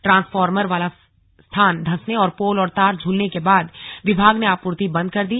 transformer वाला स्थान धंसने और पोल और तार झूलने के बाद विभाग ने आपूर्ति बंद कर दी